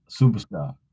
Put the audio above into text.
superstar